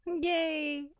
Yay